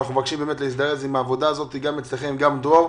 אנחנו מבקשים להזדרז עם העבודה הזאת גם אצלכם וגם דרור,